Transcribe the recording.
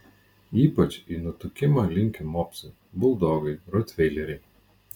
ypač į nutukimą linkę mopsai buldogai rotveileriai